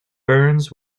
burns